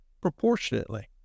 proportionately